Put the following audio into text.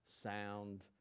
sound